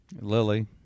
Lily